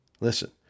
Listen